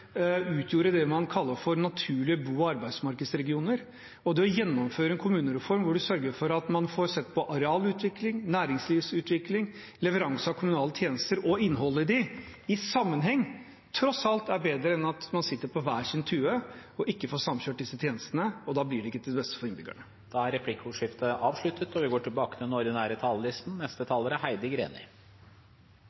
utgjorde det man kaller for naturlige bo- og arbeidsmarkedsregioner. Det å gjennomføre en kommunereform hvor man sørger for å få sett på arealutvikling, næringslivsutvikling, leveranse av kommunale tjenester og innholdet i dem – i sammenheng – er tross alt bedre enn at man sitter på hver sin tue og ikke får samkjørt disse tjenestene. Da blir det ikke til beste for innbyggerne. Replikkordskiftet er avsluttet. I dag behandler vi